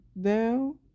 down